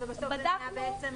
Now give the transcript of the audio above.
בדקנו,